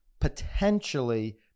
potentially-